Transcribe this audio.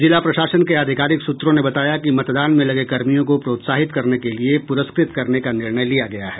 जिला प्रशासन के आधिकारिक सूत्रों ने बताया कि मतदान में लगे कर्मियों को प्रोत्साहित करने के लिये पुरस्कृत करने का निर्णय लिया गया है